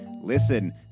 listen